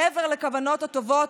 מעבר לכוונות הטובות,